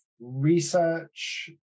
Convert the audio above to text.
research